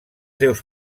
seus